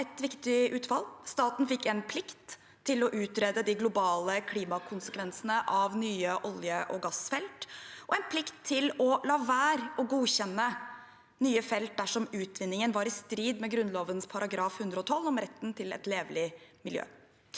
Staten fikk en plikt til å utrede de globale klimakonsekvensene av nye olje- og gassfelt og en plikt til å la være å godkjenne nye felt dersom utvinningen var i strid med Grunnloven § 112 om retten til et levelig miljø.